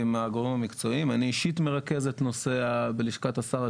אני אישית מרכז את נושא הקבורה בלשכת השר,